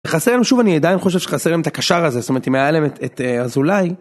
חסר שוב אני עדיין חושב שחסרים את הקשר הזה זאת אומרת אם היה להם את אזולי